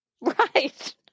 Right